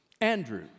Andrew